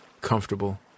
Comfortable